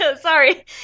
sorry